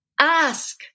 ask